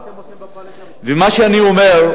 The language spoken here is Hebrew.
מה אתם עושים בקואליציה בשביל זה?